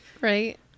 right